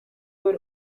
were